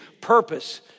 purpose